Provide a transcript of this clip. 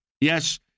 Yes